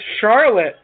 Charlotte